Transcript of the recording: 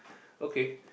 okay